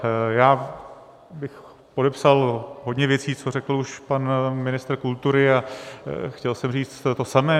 Já bych podepsal hodně věcí, co řekl už pan ministr kultury, a chtěl jsem říct to samé.